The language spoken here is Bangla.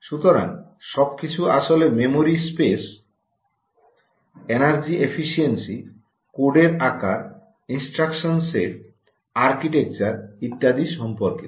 সুতরাং সবকিছু আসলে মেমরি স্পেস এনার্জি এফিশিয়েন্সি কোডের আকার ইনস্ট্রাকশন সেট আর্কিটেকচার ইত্যাদি সম্পর্কিত